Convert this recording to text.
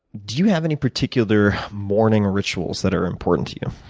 do you have any particular morning rituals that are important to you?